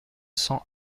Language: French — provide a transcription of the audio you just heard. cents